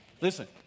Listen